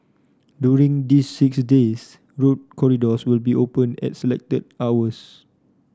during these six days road corridors will be open at selected hours